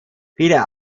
viele